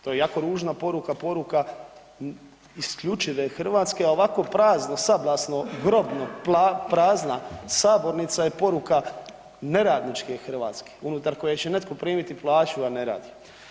To je jako ružna poruka, poruka isključive Hrvatske, a ovako prazno, sablasno, grobno prazna sabornica je poruka neradničke Hrvatske unutar koje će netko primiti plaću, a ne radi.